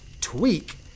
tweak